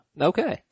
Okay